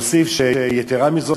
והוסיף שיתרה מזו,